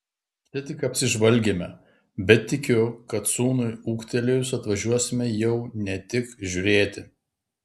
čia tik apsižvalgėme bet tikiu kad sūnui ūgtelėjus atvažiuosime jau ne tik žiūrėti